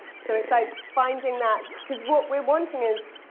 so it's like finding that. because what we're wanting is